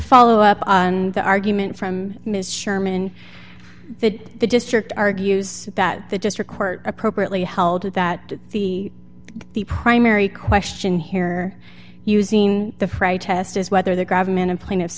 follow up and the argument from ms sherman that the district argues that the district court appropriately held that the the primary question here using the fright hest is whether the government in plaintiff